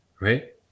right